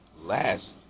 last